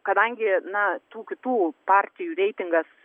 kadangi na tų kitų partijų reitingas